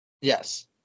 Yes